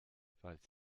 falls